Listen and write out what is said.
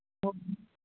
ꯍꯣꯏ